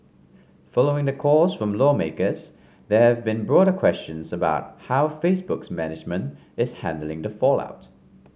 following the calls from lawmakers there have been broader questions about how Facebook's management is handling the fallout